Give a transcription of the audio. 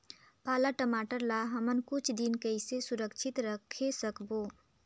पाला टमाटर ला हमन कुछ दिन कइसे सुरक्षित रखे सकबो?